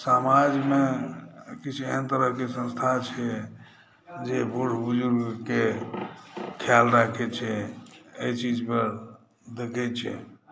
समाजमे किछु एहन तरहके संस्था छै जे बुढ़ बुजुर्गके ख्याल राखै छै एहि चीज पर देखै छी